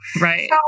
Right